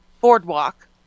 Boardwalk